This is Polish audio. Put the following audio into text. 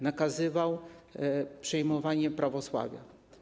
Nakazywał przyjmowanie prawosławia.